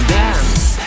dance